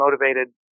motivated